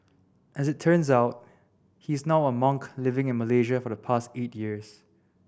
as it turns out he is now a monk living in Malaysia for the past eight years